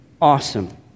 awesome